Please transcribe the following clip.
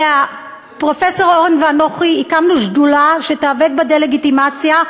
והפרופסור אורן ואנוכי הקמנו שדולה שתיאבק בדה-לגיטימציה,